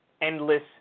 endless